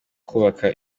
kubaka